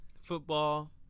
football